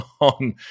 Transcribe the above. on